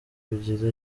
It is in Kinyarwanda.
kugira